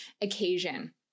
occasion